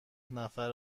نفر